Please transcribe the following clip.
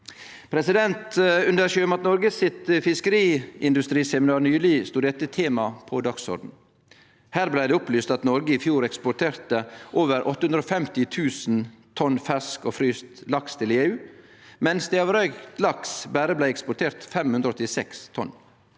Under Sjømat Norge sitt fiskeriindustriseminar nyleg stod dette temaet på dagsordenen. Her blei det opplyst at Noreg i fjor eksporterte over 850 000 tonn fersk og fryst laks til EU, mens det av røykt laks berre blei eksportert 586 tonn.